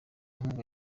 nkunga